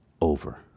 over